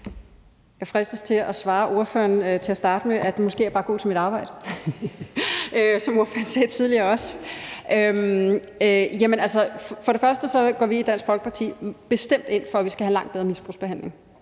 Jeg fristes til at svare ordføreren til at starte med, at måske er jeg bare god til mit arbejde – som ordføreren også sagde tidligere. For det første går vi i Dansk Folkeparti bestemt ind for, at vi skal have langt bedre misbrugsbehandling,